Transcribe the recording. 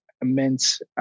immense